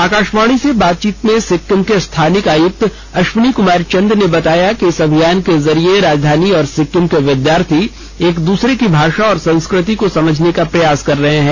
आकाशवाणी से बातचीत में सिक्किम के स्थानिक आयुक्त अश्वनी कुमार चंद ने बताया कि इस अभियान के जरिए राजधानी और सिक्किम के विद्यार्थी एक दूसरे की भाषा और संस्कृति को समझने का प्रयास कर रहे हैं